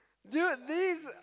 dude this